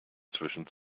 zwischen